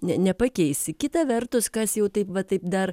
ne nepakeisi kita vertus kas jau taip va taip dar